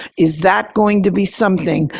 is that going to be something?